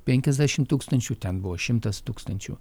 penkiasdešim tūkstančių ten buvo šimtas tūkstančių